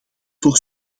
voor